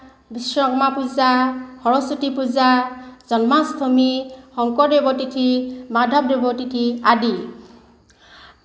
বিশ্বকৰ্মা পূজা সৰস্বতী পূজা জন্মাষ্টমী শংকৰদেৱৰ তিথি মাধৱদেৱৰ তিথি আদি